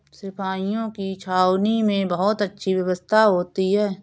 सिपाहियों की छावनी में बहुत अच्छी व्यवस्था होती है